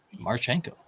Marchenko